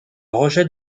rejet